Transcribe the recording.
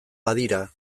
badira